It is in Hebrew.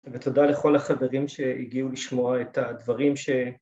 ‫ותודה לכל החברים שהגיעו ‫לשמוע את הדברים ש...